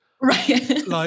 right